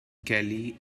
kelly